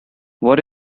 what